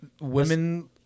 women